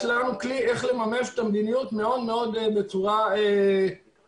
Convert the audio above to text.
לנו כלי לממש את הגבייה בצורה הומנית.